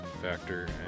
Factor